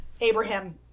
Abraham